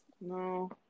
No